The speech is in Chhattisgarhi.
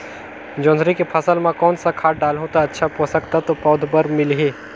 जोंदरी के फसल मां कोन सा खाद डालहु ता अच्छा पोषक तत्व पौध बार मिलही?